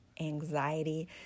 anxiety